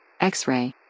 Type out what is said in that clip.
X-Ray